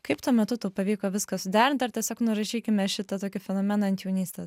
kaip tuo metu tau pavyko viską suderinti ar tiesiog nurašykime šitą tokį fenomeną ant jaunystės